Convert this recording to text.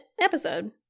episode